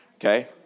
Okay